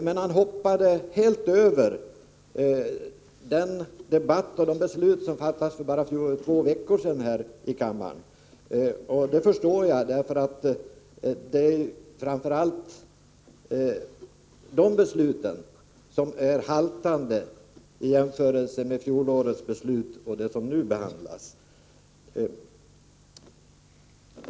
Men han hoppade helt över den debatt som fördes och de beslut som fattades här i kammaren för bara två veckor sedan — och det förstår jag. Det är framför allt de besluten som haltar i jämförelse med fjolårets beslut och de förslag som nu behandlas.